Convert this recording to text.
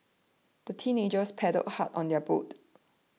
the teenagers paddled hard on their boat